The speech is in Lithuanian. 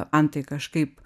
an tai kažkaip